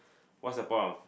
what's the point of